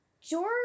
George